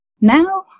now